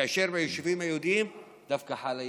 כאשר ביישובים היהודיים דווקא חלה ירידה.